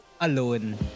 alone